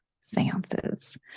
seances